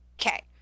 Okay